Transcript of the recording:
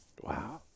Wow